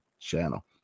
channel